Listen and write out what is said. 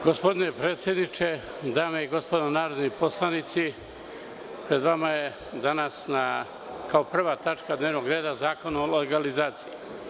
Gospodine predsedniče, dame i gospodo narodni poslanici, pred vama je danas, kao prva tačka dnevnog reda, zakon o legalizaciji.